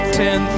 ten